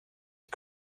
ich